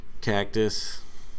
cactus